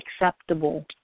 acceptable